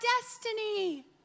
destiny